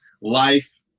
life